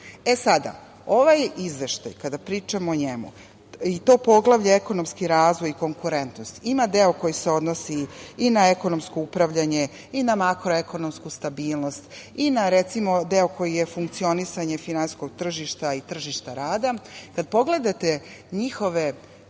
ovaj izveštaj kada pričamo o njemu i to Poglavlje – ekonomski razvoj i konkurentnost, ima deo koji se odnosi i na ekonomsko upravljanje i na makroekonomsku stabilnost i na deo koji je funkcionisanje finansijskog tržišta i tržišta rada. Kada pogledate njihove